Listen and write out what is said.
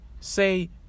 say